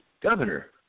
governor